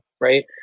right